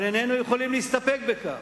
אבל איננו יכולים להסתפק בכך,